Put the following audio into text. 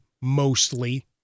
mostly